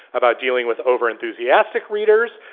about dealing with overenthusiastic readers,